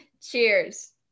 cheers